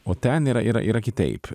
o ten yra yra yra kitaip